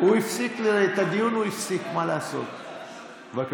את הדיון הוא הפסיק, מה לעשות?